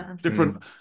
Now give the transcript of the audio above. different